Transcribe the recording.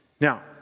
Now